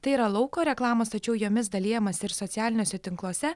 tai yra lauko reklamos tačiau jomis dalijamasi ir socialiniuose tinkluose